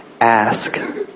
ask